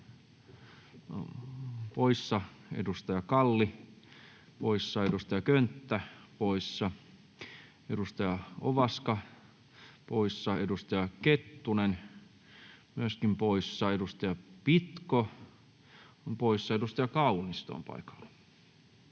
poissa, edustaja Kalli poissa, edustaja Könttä poissa, edustaja Ovaska poissa, edustaja Kettunen myöskin poissa, edustaja Pitko on poissa. — Edustaja Kaunisto on paikalla.